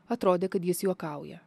atrodė kad jis juokauja